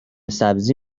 سبزی